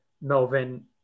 melvin